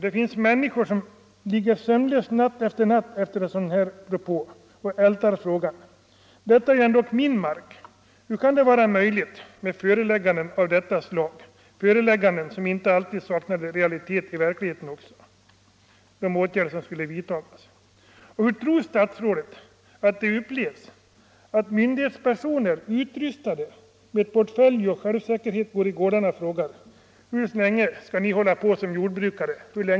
Det finns människor som efter en sådan propå ligger sömnlösa natt efter natt och ältar frågan: Detta är ändå min mark — hur kan det då vara möjligt med förelägganden av detta slag? Dessa förelägganden har dessutom inte alltid reell förankring i vad gäller de åtgärder som skall vidtas. i; Hur tror statsrådet att det upplevs att myndighetspersoner, utrustade med portfölj och självsäkerhet, går i gårdarna och frågar: Hur länge orkar ni fortsätta som jordbrukare?